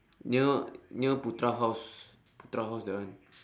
near near putra house putra house that one